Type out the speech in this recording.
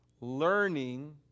learning